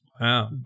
wow